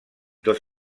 dos